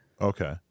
Okay